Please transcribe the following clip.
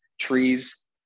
trees